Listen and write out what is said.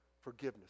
forgiveness